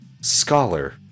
Scholar